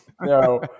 No